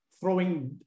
throwing